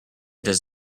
does